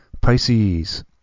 Pisces